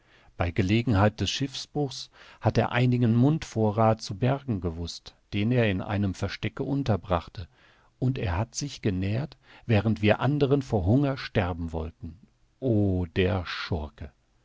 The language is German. bei gelegenheit des schiffbruchs hat er einigen mundvorrath zu bergen gewußt den er in einem verstecke unterbrachte und er hat sich genährt während wir anderen vor hunger sterben wollten o der schurke